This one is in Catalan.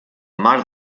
mar